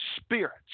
spirits